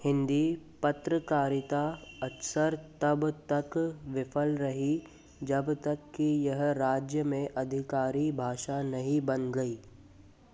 हिंदी पत्रकारिता अक्सर तब तक विफल रही जब तक कि यह राज्य में आधिकारी भाषा नहीं बन गई